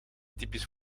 typisch